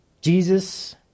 Jesus